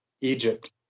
Egypt